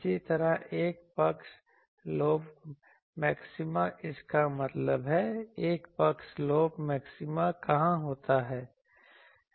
इसी तरह 1 पक्ष लोब मैक्सिमा इसका मतलब है 1 पक्ष लोब मैक्सिमा कहां होता है